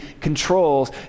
controls